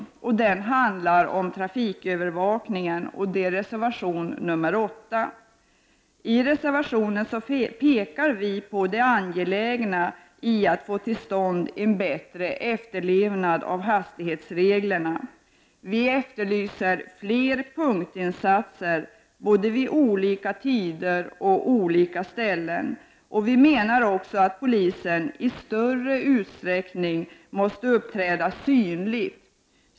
Det är reservation nr 8 som handlar om trafikövervakningen. I reservationen pekar vi på det angelägna i att få till stånd en bättre efterlevnad av hastighetsreglerna. Vi efterlyser fler punktinsatser vid olika tider och på olika ställen. Vi menar också att polisen i större utsträckning måste uppträda synligt.